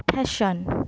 fashion